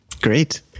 great